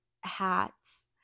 hats